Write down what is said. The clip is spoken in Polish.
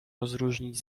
rozróżnić